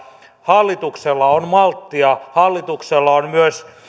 hallituksella on malttia hallituksella on myös